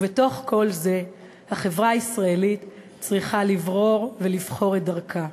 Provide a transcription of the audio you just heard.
ובתוך כל זה החברה הישראלית צריכה לברור ולבחור את דרכה.